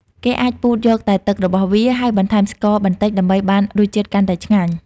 គេអាចពូតយកតែទឹករបស់វា ហើយបន្ថែមស្ករ បន្តិចដើម្បីបានរសជាតិកាន់តែឆ្ងាញ់។